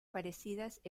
parecidas